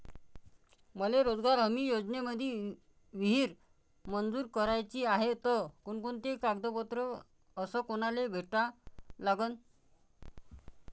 मले रोजगार हमी योजनेमंदी विहीर मंजूर कराची हाये त कोनकोनते कागदपत्र अस कोनाले भेटा लागन?